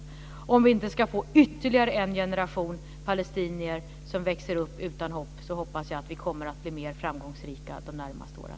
Jag hoppas att vi, för att inte få ytterligare en generation palestinier som växer upp utan hopp, blir mer framgångsrika under de närmaste åren.